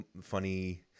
funny